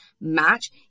match